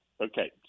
Okay